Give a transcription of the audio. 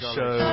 Show